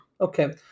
Okay